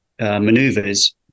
maneuvers